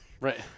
Right